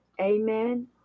amen